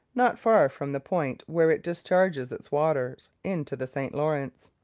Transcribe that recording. not far from the point where it discharges its waters into the st lawrence.